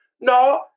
No